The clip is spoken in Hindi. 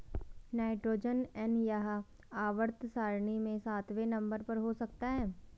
नाइट्रोजन एन यह आवर्त सारणी में सातवें नंबर पर हो सकता है